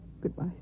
Goodbye